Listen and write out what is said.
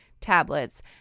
tablets